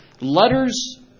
Letters